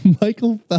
Michael